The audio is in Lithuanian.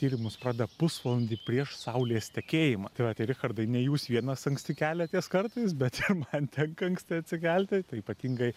tyrimus pradeda pusvalandį prieš saulės tekėjimą tai va tai richardai ne jūs vienas anksti keliatės kartais bet man tenka anksti atsikelti tai ypatingai